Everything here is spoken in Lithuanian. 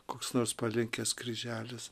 koks nors palinkęs kryželis